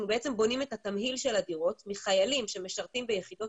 אנחנו בונים את התמהיל של הדירות מחיילים שמשרתים ביחידות